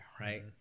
right